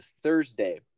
Thursday